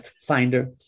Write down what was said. finder